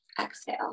Exhale